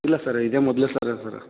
ಇಲ್ಲ ಸರ ಇದೇ ಮೊದಲ ಸಲ ಸರ